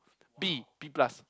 B B plus